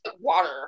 water